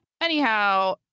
Anyhow